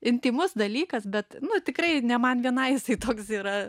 intymus dalykas bet nu tikrai ne man vienai jisai toks yra